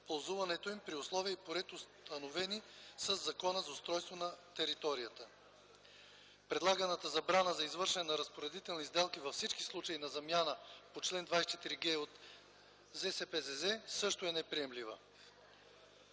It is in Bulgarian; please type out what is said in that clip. ползването им, при условия и по ред, установени със Закона за устройство на територията. Предлаганата забрана за извършване на разпоредителни сделки във всички случаи на замяна по чл. 24г от ЗСПЗЗ също е неприемлива.